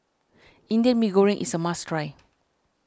Indian Mee Goreng is a must try